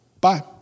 Bye